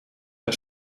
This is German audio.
der